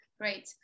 great